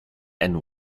and